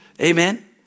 Amen